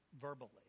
verbally